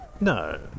no